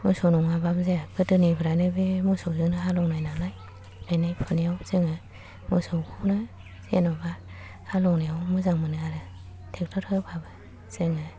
मोसौ नङाबाबो जाया गोदोनिफ्रायनो बे मोसौजोंनो हालौनाय नालाय गायनाय फुनायाव जोङो मोसौखौनो जेन'बा हालौनायाव मोजां मोनो आरो ट्रेक्टार होबाबो जोङो